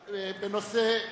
בנושא: